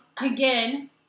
again